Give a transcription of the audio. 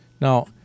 Now